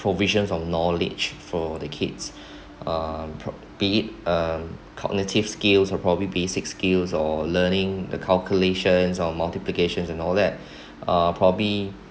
provisions of knowledge for the kids uh be it uh cognitive skills are probably basic skills or learning the calculations or multiplication and all that uh probably